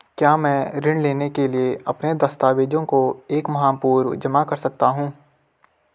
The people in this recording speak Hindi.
क्या मैं ऋण लेने के लिए अपने दस्तावेज़ों को एक माह पूर्व जमा कर सकता हूँ?